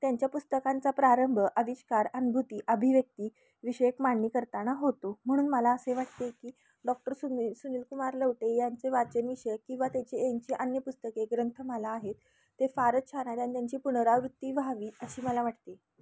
त्यांच्या पुस्तकांचा प्रारंभ अविष्कार अनुभूती अभिव्यक्ती विषयक मांडणी करताना होतो म्हणून मला असे वाटते की डॉक्टर सुनी सुनील कुमार लवटे यांचे वाचनविषय किंवा त्याचे यांचे अन्य पुस्तके ग्रंथमाला आहेत ते फारच छान आहेत आणि त्यांची पुनरावृत्ती व्हावी अशी मला वाटते